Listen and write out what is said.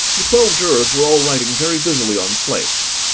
the twelve jurors were all writing very busily on slates.